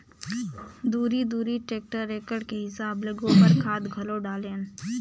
दूरी दूरी टेक्टर एकड़ के हिसाब ले गोबर खाद घलो डालेन